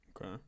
Okay